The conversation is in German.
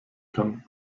kann